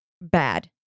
bad